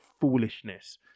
foolishness